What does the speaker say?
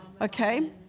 Okay